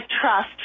trust